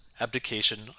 abdication